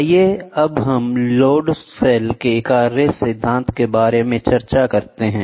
आइए अब हम लोड सेल के कार्य सिद्धांतों के बारे में चर्चा करते हैं